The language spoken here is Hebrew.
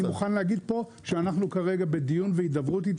אני מוכן להגיד פה שאנחנו כרגע בדיון והידברות איתם.